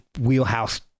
wheelhouse